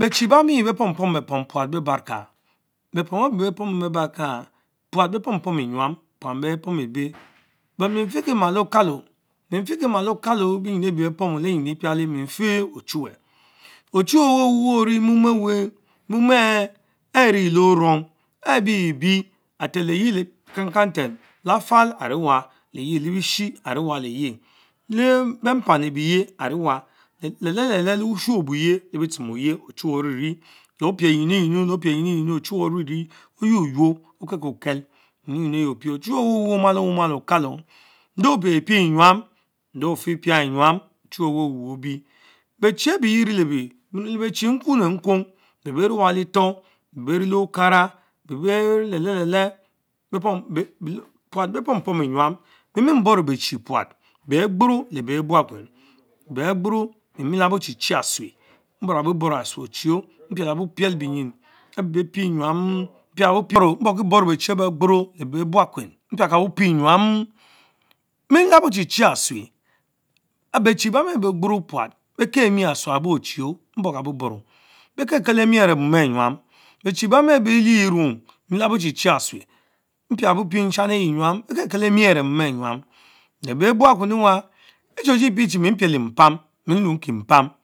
Behtchie ebami bee pom pom bepom puat beh barka, bepom eben be pommes beh barka puat ben pom pom Enyam, pual ben Ponak lbeh but mie nfikemal okalor but miefiki mal okalo, benyin ehh bie beh pomn, Lenyinu mifieh ochuwel, Ochuwel, enh Ewels whimu weres one mom ance le orong eum., Eweh whnn wereh orie mom aree le orong ehh. biebie, areteleyie kankangnter, Lafal arewa, que lebisni arewa le yeh, le beupan lebeye anewa beach le-le-len- leh leh liebusun obuyre, lebitches arewa, lepienginn Ininu ochuwen onene oynoynor Okekukel ngimuspens 'ayie opich, Ochiniwe owenwho I who maleweh mal on Kalo nde pie pie enyam, tide ofie pia lenyam ochunch weh who Iweh love, became aber he Crillebe, mille bernienkun teh ben newale tor, ben beh ne le okara le benne le leh le teh be 'Puat bey pom enyan mie mie bhoro bee chie puat beh agboro le beh buakweni beh agboro miekabo Chie chrie atsueh mbora bo boro asue otchieh mpielkabo piel benyin abee beh pie enyam., Betchie ebanri ebeh agboro beh keh mie atone ayabo ofchech, mborka boh borok, ben kelkel emi are mom chh enyan bechnie ebanne lbeh elie enne miabron tchitchi ane akabo Pie euyan, leh beh mpia kabo buakuen ewa Pohe chiepice chie mie piele mpam, mie Lonkie mpam.